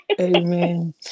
Amen